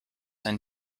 and